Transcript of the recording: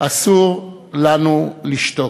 אסור לנו לשתוק.